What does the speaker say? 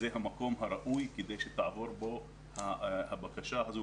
זה המקום הראוי כדי שתעבור בו הבקשה הזו